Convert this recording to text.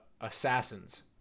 assassins